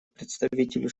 представителю